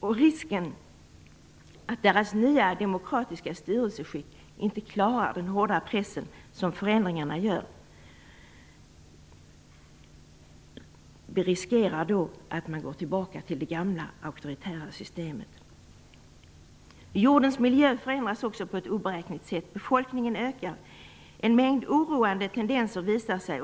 Om deras nya demokratiska styrelseskick inte klarar den hårda pressen som förändringarna ger finns risken att man går tillbaka till det gamla auktoritära systemet. Jordens miljö förändras också på ett oberäkneligt sätt. Befolkningen ökar och en mängd oroande tendenser visar sig.